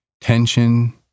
tension